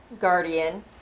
guardian